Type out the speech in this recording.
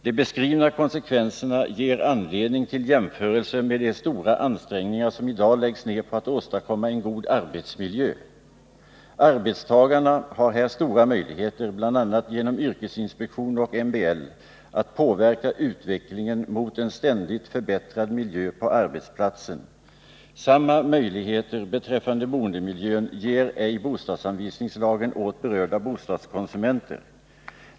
De beskrivna konsekvenserna ger anledning till jämförelse med de stora ansträngningar som i dag läggs ned på att åstadkomma en god arbetsmiljö. Arbetstagarna har här stora möjligheter, bl.a. genom yrkesinspektionen och MBL, att påverka utvecklingen mot en ständig förbättring av miljön på arbetsplatsen. Samma möjligheter beträffande boendemiljön ger ej bostadsanvisningslagen åt berörda bostadskonsumenter.